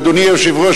אדוני היושב-ראש,